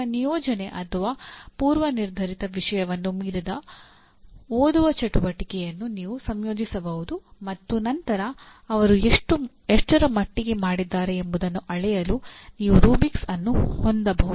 ನಿಮ್ಮ ನಿಯೋಜನೆ ಅಥವಾ ಪೂರ್ವನಿರ್ಧರಿತ ವಿಷಯವನ್ನು ಮೀರಿದ ಓದುವ ಚಟುವಟಿಕೆಯನ್ನು ನೀವು ಸಂಯೋಜಿಸಬಹುದು ಮತ್ತು ನಂತರ ಅವರು ಎಷ್ಟರ ಮಟ್ಟಿಗೆ ಮಾಡಿದ್ದಾರೆ ಎಂಬುದನ್ನು ಅಳೆಯಲು ನೀವು ರೂಬ್ರಿಕ್ಸ್ ಅನ್ನು ಹೊಂದಬಹುದು